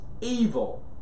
evil